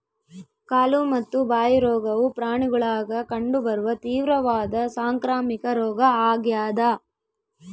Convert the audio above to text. ಕಾಲು ಮತ್ತು ಬಾಯಿ ರೋಗವು ಪ್ರಾಣಿಗುಳಾಗ ಕಂಡು ಬರುವ ತೀವ್ರವಾದ ಸಾಂಕ್ರಾಮಿಕ ರೋಗ ಆಗ್ಯಾದ